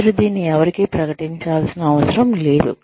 మీరు దీన్ని ఎవరికీ ప్రకటించాల్సిన అవసరం లేదు